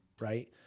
right